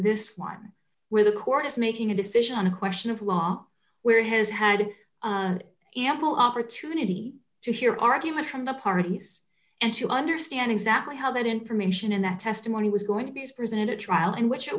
this one where the court is making a decision on a question of law where has had ample opportunity to hear argument from the parties and to understand exactly how that information and that testimony was going to be presented at trial in which it